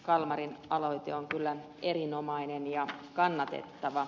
kalmarin aloite on kyllä erinomainen ja kannatettava